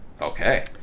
Okay